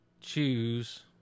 choose